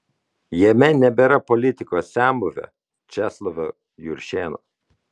jame nebėra politikos senbuvio česlovo juršėno